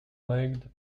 legged